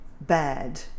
bad